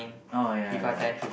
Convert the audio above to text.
oh ya ya ya